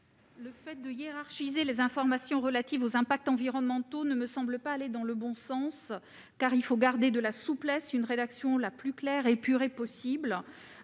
L'idée de hiérarchiser les informations relatives aux impacts environnementaux ne me semble pas aller dans le bon sens. Il faut garder de la souplesse et retenir la rédaction la plus claire et la plus épurée possible.